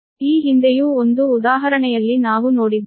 ಈ ಹಿಂದೆಯೂ ಒಂದು ಉದಾಹರಣೆಯಲ್ಲಿ ನಾವು ನೋಡಿದ್ದೇವೆ